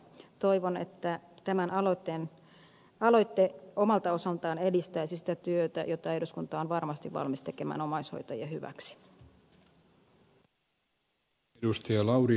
toivon että tämä aloite omalta osaltaan edistäisi sitä työtä jota eduskunta on varmasti valmis tekemään omaishoitajien hyväksi